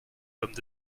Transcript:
pommes